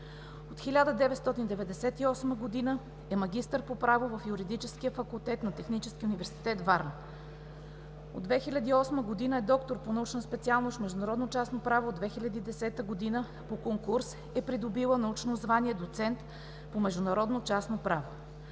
От 1998 г. е магистър по право в Юридическия факултет на Техническия университет – Варна. От 2008 г. е доктор по научна специалност „Международно частно право“, а от 2010 г. по конкурс е придобила научно звание „доцент по международно частно право“.